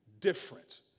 different